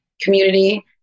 community